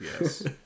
yes